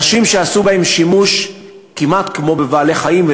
אנשים שעשו בהם שימוש כמעט כמו בבעלי-חיים,